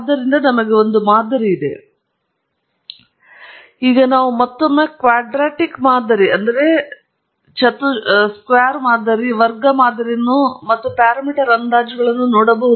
slide time ಅನ್ನು ನೋಡಿ 1054 ಈಗ ನಾವು ಮತ್ತೊಮ್ಮೆ ಕ್ವಾಡ್ರಾಟಿಕ್ ಮಾದರಿಯನ್ನು ಮತ್ತು ಪ್ಯಾರಾಮೀಟರ್ ಅಂದಾಜುಗಳನ್ನು ನೋಡಬಹುದಾಗಿದೆ